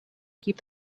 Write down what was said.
keep